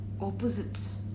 opposites